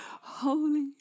holy